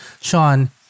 Sean